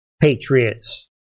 Patriots